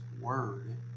word